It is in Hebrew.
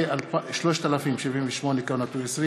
פ/3078/20,